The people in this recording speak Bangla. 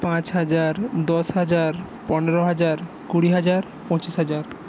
পাঁচ হাজার দশ হাজারপনেরো হাজার কুড়ি হাজার পঁচিশ হাজার